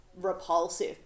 repulsive